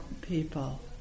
people